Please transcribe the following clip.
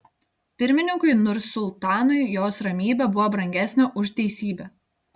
pirmininkui nursultanui jos ramybė buvo brangesnė už teisybę